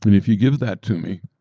if you give that to me,